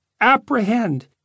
Apprehend